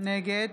נגד